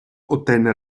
ottenne